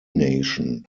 nation